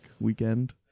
weekend